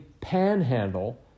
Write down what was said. Panhandle